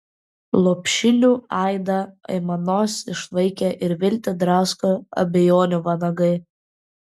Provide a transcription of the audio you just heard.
lopšinių aidą aimanos išvaikė ir viltį drasko abejonių vanagai